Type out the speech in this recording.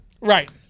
Right